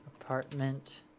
Apartment